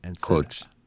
Quotes